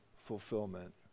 fulfillment